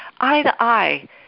eye-to-eye